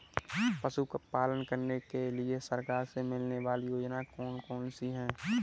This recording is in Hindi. पशु पालन करने के लिए सरकार से मिलने वाली योजनाएँ कौन कौन सी हैं?